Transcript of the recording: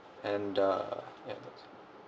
and uh yeah it is